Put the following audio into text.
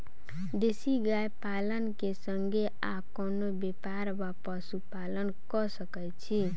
देसी गाय पालन केँ संगे आ कोनों व्यापार वा पशुपालन कऽ सकैत छी?